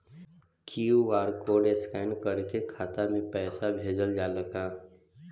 QR code scan करके खाता में पैसा भेजल जाला का?